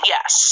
Yes